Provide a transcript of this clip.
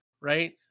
right